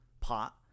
pot